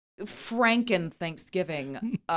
Franken-Thanksgiving